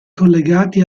collegati